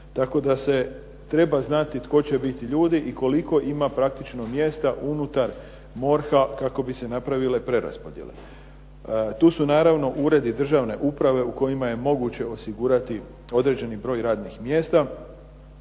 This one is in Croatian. tako da se treba znati tko će biti ljudi i koliko ima praktično mjesta unutar MORH-a kako bi se napravile preraspodjele. Tu su naravno uredi državne uprave u kojima je moguće osigurati određeni broj radnih mjesta.